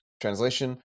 translation